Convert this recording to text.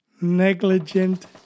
negligent